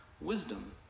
wisdom